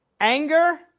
Anger